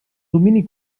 domini